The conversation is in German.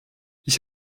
ich